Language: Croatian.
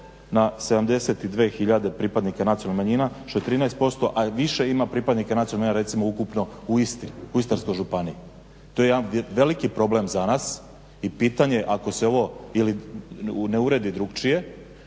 na 72 tisuće pripadnika nacionalnih manjina što je 13%, a više ima pripadnika nacionalnih manjina recimo ukupno u Istarskoj županiji. To je jedan veliki problem za nas i pitanje ako se ovo ili ne uredi drugačije